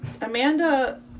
Amanda